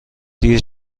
دیرم